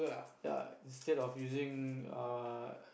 ya instead of using our